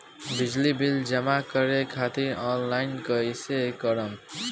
बिजली बिल जमा करे खातिर आनलाइन कइसे करम?